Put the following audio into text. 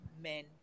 men